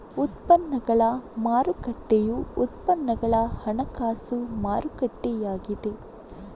ಉತ್ಪನ್ನಗಳ ಮಾರುಕಟ್ಟೆಯು ಉತ್ಪನ್ನಗಳ ಹಣಕಾಸು ಮಾರುಕಟ್ಟೆಯಾಗಿದೆ